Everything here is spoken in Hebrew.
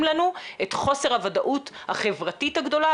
לנו את חוסר הוודאות החברתית הגדולה,